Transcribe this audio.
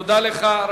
תודה לך.